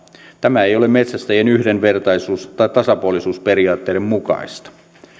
tämä ei ole metsästäjien yhdenvertaisuus ja tasapuolisuusperiaatteiden mukaista